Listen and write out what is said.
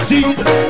Jesus